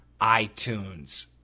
iTunes